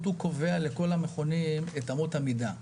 הוא שקובע לכל המכונים את אמות המידה.